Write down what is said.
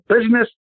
business